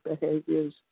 behaviors